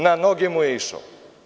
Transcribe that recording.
Na noge mu je išao.